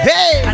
Hey